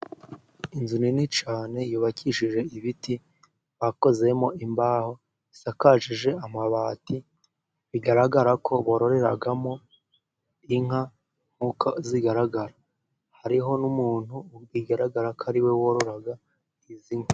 Inzu nini cyane yubakishije ibiti bakozemo imbaho zisakaje amabati, bigaragara ko bororeragamo inka nkuko zigaragara hariho n'umuntu bigaragara ko ari we warora izi nka.